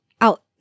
out